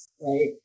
right